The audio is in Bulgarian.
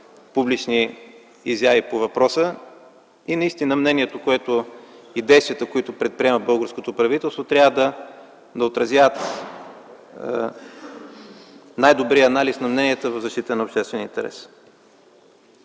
публични изяви по въпроса и наистина действията, които предприема българското правителство, трябва да отразяват най-добрия анализ на мненията в защита на обществения интерес.